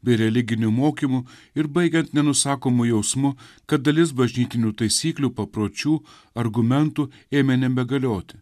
bei religiniu mokymu ir baigiant nenusakomu jausmu kad dalis bažnytinių taisyklių papročių argumentų ėmė nebegalioti